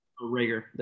Rager